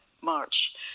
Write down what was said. march